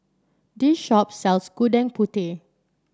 this shop sells Gudeg Putih